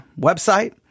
website